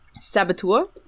Saboteur